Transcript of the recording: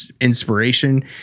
inspiration